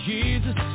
Jesus